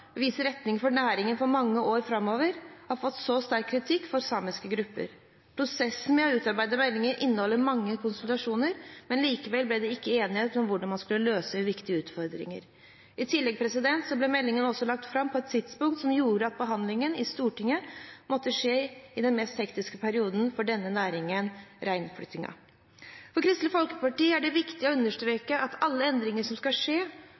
retning for næringen for mange år framover, har fått så sterk kritikk fra samiske grupper. Prosessen med å utarbeide meldingen inneholdt mange konsultasjoner, men likevel ble det ikke enighet om hvordan man skulle løse viktige utfordringer. I tillegg ble meldingen lagt fram på et tidspunkt som gjorde at behandlingen i Stortinget måtte skje i den mest hektiske perioden for denne næringen, reinflyttingen. For Kristelig Folkeparti er det viktig å understreke at alle endringer som skal skje,